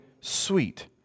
sweet